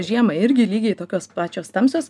žiemą irgi lygiai tokios pačios tamsios